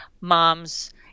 mom's